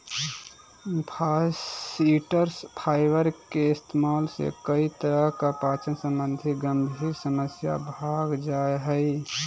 फास्इटर फाइबर के इस्तेमाल से कई तरह की पाचन संबंधी गंभीर समस्या भाग जा हइ